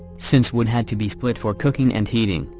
since wood had to be split for cooking and heating,